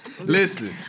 Listen